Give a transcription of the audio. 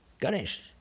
Ganesh